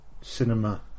cinema